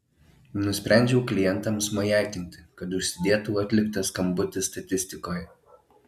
nusprendžiau klientams majakinti kad užsidėtų atliktas skambutis statistikoje